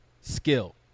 skill